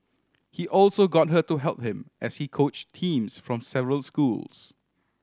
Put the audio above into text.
he also got her to help him as he coach teams from several schools